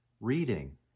reading